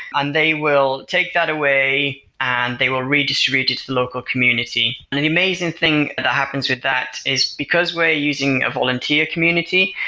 and they will take that away and they will redistribute it to the local community and an amazing thing that happens with that is because we're using a volunteer community,